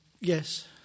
Yes